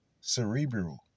cerebral